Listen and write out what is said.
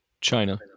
China